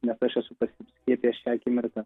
nes aš esu pasiskiepijęs šią akimirką